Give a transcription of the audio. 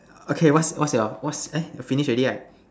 okay what's what's your what's eh finish already right